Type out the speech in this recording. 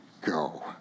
go